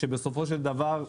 בסופו של דבר,